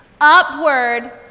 upward